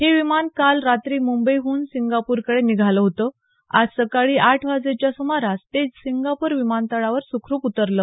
हे विमान काल रात्री मुंबईहून सिंगापूरकडे निघालं होतं आज सकाळी आठ वाजेच्या सुमारास ते सिंगापूर विमानतळावर सुखरूप उतरलं